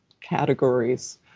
categories